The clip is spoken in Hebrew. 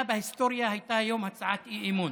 בהיסטוריה הייתה היום הצעת אי-אמון.